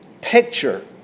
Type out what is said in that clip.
picture